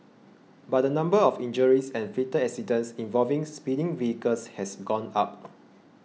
but the number of injuries and fatal accidents involving speeding vehicles has gone up